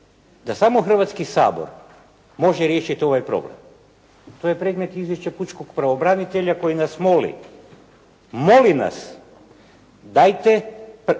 da samo Hrvatski sabor može riješiti ovaj problem. To je predmet izvješća pučkog pravobranitelja koji nas moli, moli nas: «Dajte